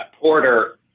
Porter